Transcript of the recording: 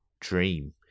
dream